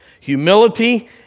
Humility